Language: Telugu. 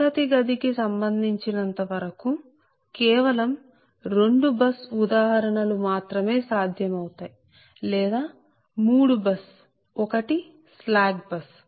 తరగతిగది కి సంబంధించినంత వరకూ కేవలం రెండు బస్ ఉదాహరణలు మాత్రమే సాధ్యమవుతాయి లేదా మూడు బస్ ఒకటి స్లాక్ బస్